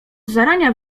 zarania